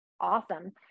awesome